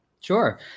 Sure